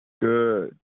good